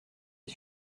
est